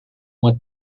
uma